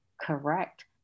correct